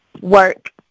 work